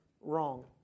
wrong